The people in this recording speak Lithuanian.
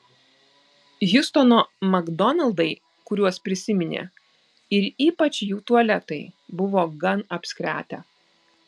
hjustono makdonaldai kuriuos prisiminė ir ypač jų tualetai buvo gan apskretę